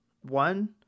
one